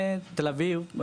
בתל אביב.